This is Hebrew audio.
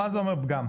מה זה אומר פגם?